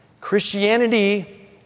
Christianity